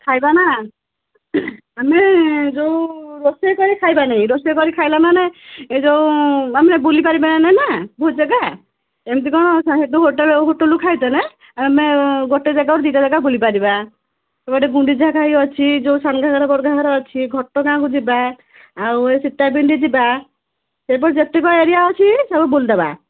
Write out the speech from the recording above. ଖାଇବାନା ଆମେ ଯେଉଁ ରୋଷେଇ କରକି ଖାଇବାନି ରୋଷେଇ କରି ଖାଇଲା ମାନେ ଏ ଯେଉଁ ଆମେ ବୁଲି ପାରିବାନାହିଁ ନା ବହୁତ ଜାଗା ଏମିତି କ'ଣ ସେଟୁ ହୋଟେଲରୁ ହୋଟେଲରୁ ଖାଇଦେଲେ ଆମେ ଗୋଟେ ଜାଗାରୁ ଦୁଇଟା ଜାଗା ବୁଲିପାରିବା ସେପଟେ ଗୁଣ୍ଡିଚାଘାଇ ଅଛି ଯେଉଁ ସାନଘାଗରା ବଡ଼ଘାଗରା ଅଛି ଘଟଗାଁକୁ ଯିବା ଆଉ ଏ ସୀତା ପିଣ୍ଡି ଯିବା ସେପଟେ ଯେତିକ ଏରିଆ ଅଛି ସବୁ ବୁଲି ଦେବା